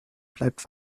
bleibt